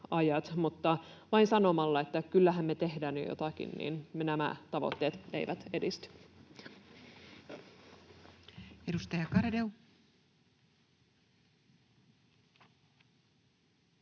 Mutta vain sanomalla, että kyllähän me tehdään jo jotakin, nämä tavoitteet eivät edisty.